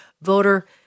voter